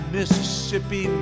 Mississippi